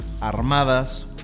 armadas